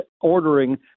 ordering